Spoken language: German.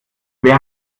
wer